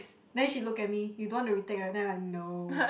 then she look at me you don't want to retake right then I like no